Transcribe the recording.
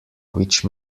which